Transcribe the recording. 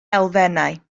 elfennau